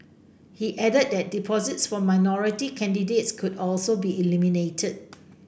he added that deposits for minority candidates could also be eliminated